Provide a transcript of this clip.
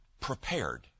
prepared